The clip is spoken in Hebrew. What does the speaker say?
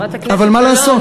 אבל מה לעשות.